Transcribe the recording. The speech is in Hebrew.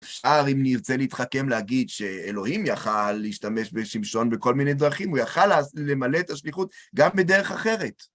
אפשר, אם נרצה להתחכם, להגיד שאלוהים יכל להשתמש בשמשון בכל מיני דרכים, הוא יכל למלא את השליחות גם בדרך אחרת.